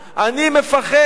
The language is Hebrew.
אני פוחד.